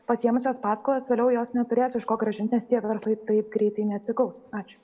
pasiėmusios paskolas vėliau jos neturės iš ko grąžint nes tie verslai taip greitai neatsigaus ačiū